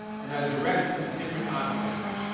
and are directed to different objects.